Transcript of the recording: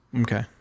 Okay